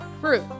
fruit